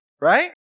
right